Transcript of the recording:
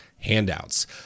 handouts